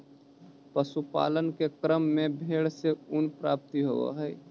पशुपालन के क्रम में भेंड से ऊन प्राप्त होवऽ हई